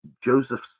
Joseph